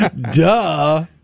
Duh